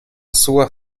sua